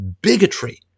bigotry